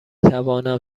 توانم